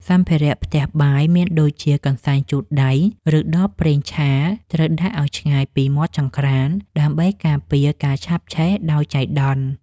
សម្ភារៈផ្ទះបាយមានដូចជាកន្សែងជូតដៃ ឬដបប្រេងឆាត្រូវដាក់ឱ្យឆ្ងាយពីមាត់ចង្ក្រានដើម្បីការពារការឆាបឆេះដោយចៃដន្យ។